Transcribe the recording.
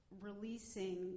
releasing